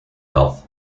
health